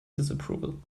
disapproval